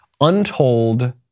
untold